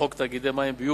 חוק תאגידי מים וביוב,